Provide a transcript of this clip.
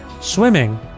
swimming